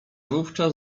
wówczas